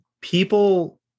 people